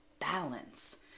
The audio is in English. balance